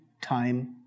time